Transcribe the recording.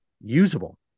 usable